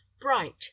bright